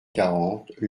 quarante